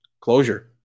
Closure